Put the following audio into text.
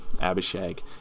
Abishag